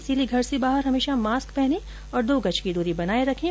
इसीलिए घर से बाहर हमेशा मास्क पहने और दो गज की दूरी बनाए रखें